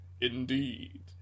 indeed